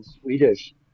Swedish